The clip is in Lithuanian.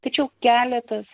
tačiau keletas